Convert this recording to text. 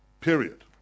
period